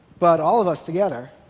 but all of us together,